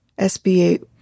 SBA